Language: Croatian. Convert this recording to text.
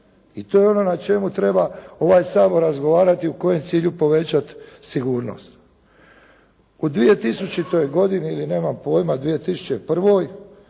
i to je ono na čemu treba ovaj Sabor razgovarati, u kojem cilju povećati sigurnost. U 2000. godini ili nemam pojma 2001.